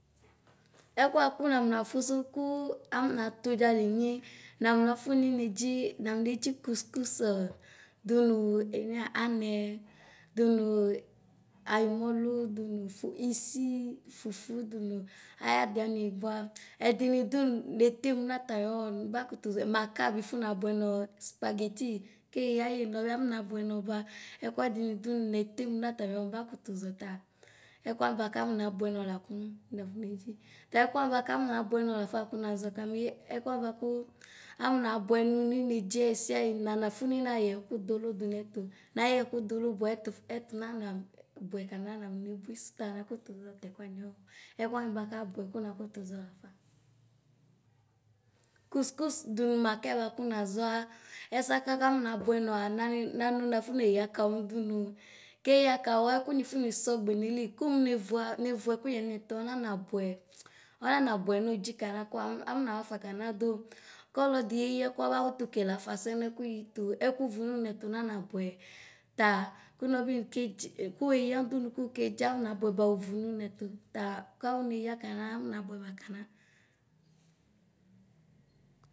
Ɛkʋ wa kʋ nafɔ na fʋsʋ kʋ ʋfɔna tʋdza lenye nafɔnafʋsʋ nʋ nɩnedzi na nedzi kʋskʋs nʋ enuya anɛ dʋnʋ almɔlʋ dʋnʋf isi fʋfʋ vonʋ ayi awʋlanɩ bʋa ɛdɩnɩ dʋ netemʋ atayɔwɔ mbakʋtʋzɔɛ makabi fɔna bʋɛnɔ apagetɩ keyayɩ nɔbɩ afɔna bʋɛnɔ bʋa akʋ ɛdɩnɩ dʋ netemʋ nʋ atamɩ ɔwɔ nɩba kʋtʋzɔta ɛkʋwa bʋakʋ afɔna bʋɛ na lakʋ nafɔ nedzi ta ɛkʋ wanɩ kanɔnabʋɛnɔ lakʋ nazɔ kami ɛkʋ wa bʋakʋ afɔna nʋ nedzi ɛyi siayi nina ninayɛ ɛkʋlʋ dʋ nɛtʋ nayɛ ɛkʋ bʋa ɛtʋ nababʋɛ kana nanebui sʋta nakʋtʋ zɔ lafɔ kʋskʋs dʋnʋ maka bʋakʋ nazɔa ɛsɛ aka kafɔna bʋɛ nɔa nanila afɔneya kawʋ dʋnʋ keya kawʋ ɛkʋ wanɩ afɔne sɔgbe nayili kʋmʋ nevʋ ɛkʋyɛ nʋ ʋnetʋ nanabʋɛ ɔnanabʋɛ nɔdzi kana koa anawafa kana dʋ kʋ ɔlɔdɩ yeyɩ ɛkʋ abakʋtʋ kele afasɛ nɛkʋyi tʋ ɛkʋvʋ nʋnetʋ nanabʋɛ ta kʋnɔ nɔbi nekedz kʋ weyanʋ ʋdʋnʋ kʋwʋ kedzi anabʋɛba ovʋnʋ netʋ kʋ awʋneya kana af nabʋɛba kana.